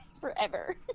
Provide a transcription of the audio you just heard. forever